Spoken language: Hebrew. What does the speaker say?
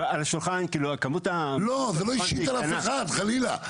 זה לא אישית על אף אחד, חלילה.